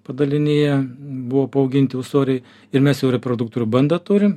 padalinyje buvo paauginti ūsoriai ir mes jau reproduktorių bandą turim